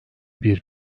bir